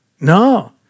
no